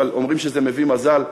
אבל אומרים שזה מביא מזל,